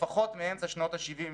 לפחות מאמצע שנות ה-70'